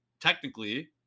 technically